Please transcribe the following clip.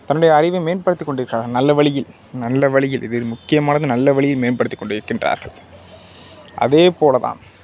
தன்னுடைய அறிவை மேம்படுத்திக் கொண்டு இருக்கிறார்கள் நல்ல வழியில் நல்ல வழியில் இதில் முக்கியமானது நல்ல வழியில் மேம்படுத்திக் கொண்டு இருக்கின்றார்கள் அதே போல் தான்